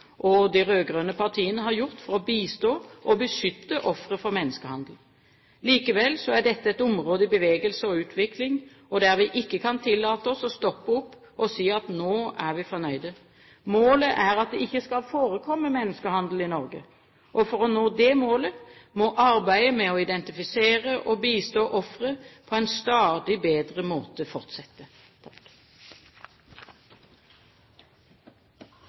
og de rød-grønne partiene, har gjort for å bistå og beskytte ofre for menneskehandel. Likevel er dette et område i bevegelse og utvikling, der vi ikke kan tillate oss å stoppe opp og si at nå er vi fornøyde. Målet er at det ikke skal forekomme menneskehandel i Norge, og for å nå det målet må arbeidet med å identifisere og bistå ofre på en stadig bedre måte, fortsette.